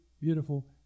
beautiful